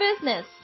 business